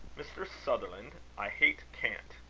mr. sutherland, i hate cant.